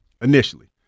initially